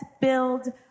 build